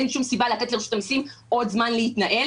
אין שום סיבה לתת לרשות המיסים עוד זמן להתנהל.